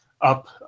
up